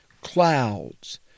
Clouds